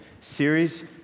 series